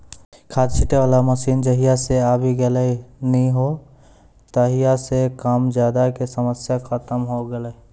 खाद छीटै वाला मशीन जहिया सॅ आबी गेलै नी हो तहिया सॅ कम ज्यादा के समस्या खतम होय गेलै